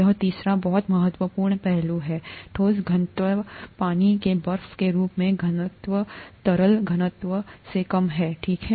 यह तीसरा बहुत महत्वपूर्ण है पहलू ठोस घनत्वपानी के बर्फ के रूप का घनत्व तरल घनत्व से कम है ठीक है